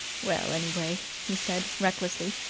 well, anyway, he said recklessly,